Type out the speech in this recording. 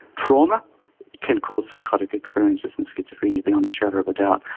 trauma can cause psychotic experiences and schizophrenia, beyond a shadow of a doubt.